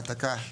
העתקה,